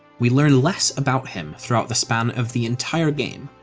we learn less about him throughout the span of the entire game,